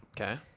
Okay